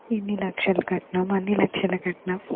ఇన్ని లక్షల కట్నం అన్ని లక్షల కట్నం